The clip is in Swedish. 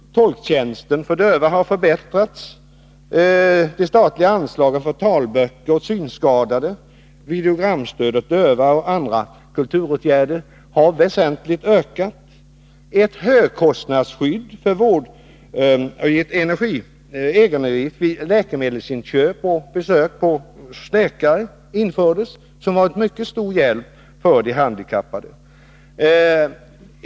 Tolktjänsten för döva har förbättrats. Det statliga anslaget för talböcker åt synskadade, videogramstöd åt döva och andra kulturåtgärder har väsentligt ökat. Ett högkostnadsskydd för läkemedelsinköp och besök hos läkare infördes som har varit till mycket stor hjälp för de handikappade.